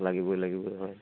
লাগিবই লাগিবই হয়